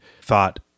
thought